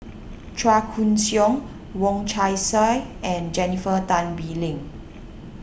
Chua Koon Siong Wong Chong Sai and Jennifer Tan Bee Leng